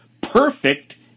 perfect